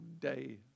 day